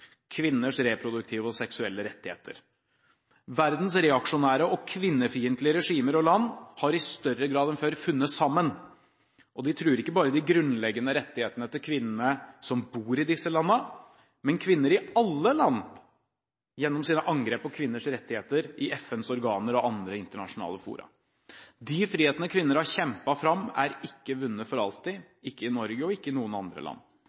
seksuelle rettigheter. Verdens reaksjonære og kvinnefiendtlige regimer og land har i større grad enn før funnet sammen, og truer ikke bare de grunnleggende rettighetene til kvinnene som bor i disse landene, men kvinner i alle land, gjennom sine angrep på kvinners rettigheter i FNs organer og andre internasjonale fora. De frihetene kvinner har kjempet fram, er ikke vunnet for alltid – ikke i Norge, og ikke i noen andre land.